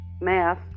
Math